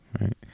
right